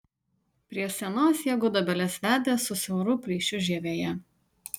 prie senos jie gudobelės vedė su siauru plyšiu žievėje